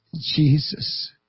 Jesus